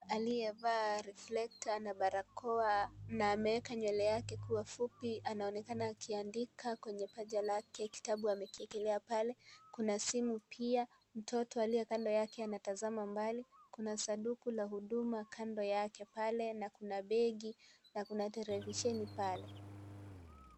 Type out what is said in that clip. Aliyevaa (CS ) reflector(CS)na barakoa na ameeka nywele yake kuwa fupi anaonekana akiandika kwenye paja lake. Kitabu amekiekelea pale, kuna simu pia, mtoto aliye kando yake anatazama mbali. Kuna sanduku la Huduma Kando yake pale na kuna begi na kuna tarakilisheni pale.